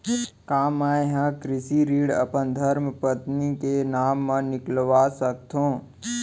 का मैं ह कृषि ऋण अपन धर्मपत्नी के नाम मा निकलवा सकथो?